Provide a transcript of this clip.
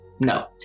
no